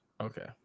Okay